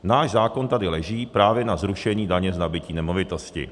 Náš zákon tady leží právě na zrušení daně z nabytí nemovitosti.